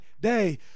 day